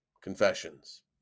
confessions